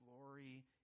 glory